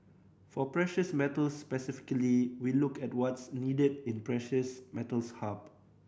for precious metals specifically we look at what's needed in precious metals hub